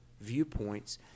viewpoints